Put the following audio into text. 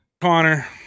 Connor